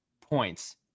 points